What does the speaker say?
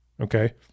Okay